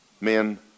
Men